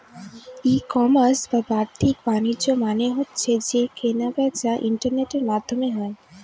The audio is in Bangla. ই কমার্স বা বাদ্দিক বাণিজ্য মানে হচ্ছে যে কেনা বেচা ইন্টারনেটের মাধ্যমে হয়